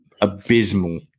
abysmal